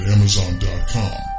Amazon.com